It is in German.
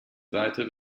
seite